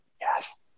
yes